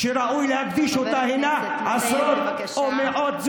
שראוי להדגיש אותה, הינה עשרות או מאות,